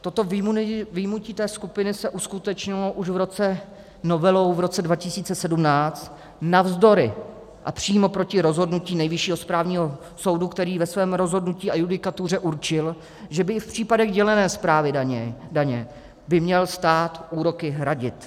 Toto vyjmutí té skupiny se uskutečnilo už novelou v roce 2017 navzdory a přímo proti rozhodnutí Nejvyššího správního soudu, který ve svém rozhodnutí a judikatuře určil, že by i v případech dělené správy daně měl stát úroky hradit.